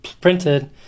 printed